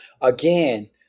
again